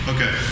Okay